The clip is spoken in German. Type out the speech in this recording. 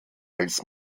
als